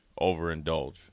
overindulge